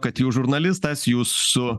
kad jūs žurnalistas jūs su